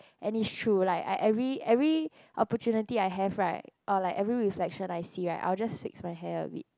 and is true like I every every opportunity I have right or like every reflection I see right I'll just fix my hair a bit